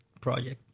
project